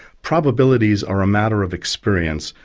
probabilities are a matter of experience.